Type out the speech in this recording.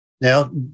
Now